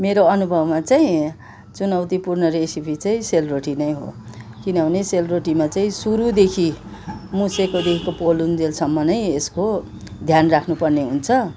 मेरो अनुभवमा चाहिँ चुनौतीपूर्ण रेसिपी चाहिँ सेलरोटी नै हो किनभने सेलरोटीमा चाहिँ सुरुदेखि मुछेको देखिको पोलुन्जेलसम्म नै यसको ध्यान राख्नु पर्ने हुन्छ